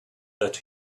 that